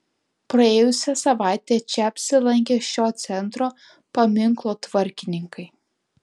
praėjusią savaitę čia apsilankė šio centro paminklotvarkininkai